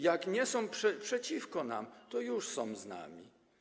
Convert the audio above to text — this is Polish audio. Jak nie są przeciwko nam, to już są z nami.